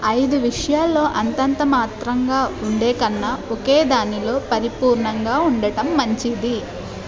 ఐదు విషయాల్లో అంతంత మాత్రంగా ఉండేకన్నా ఒక్కదానిలో పరిపూర్ణంగా ఉండటం మంచిది